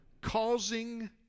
causing